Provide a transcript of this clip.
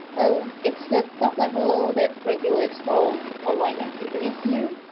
so it's the top level load that regulates all online activities here.